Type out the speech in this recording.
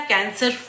Cancer